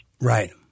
Right